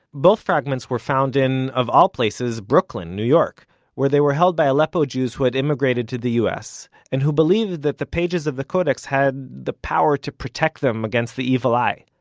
both fragments were found in, of all places, brooklyn, new york where they were held by aleppo jews who had immigrated to the u s. and who believed that the pages of the codex had the power to protect them against the evil eye.